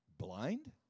Blind